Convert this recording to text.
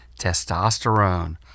testosterone